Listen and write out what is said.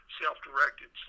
self-directed